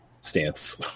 stance